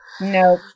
No